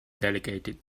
delegated